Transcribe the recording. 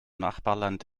nachbarland